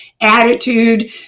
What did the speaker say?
attitude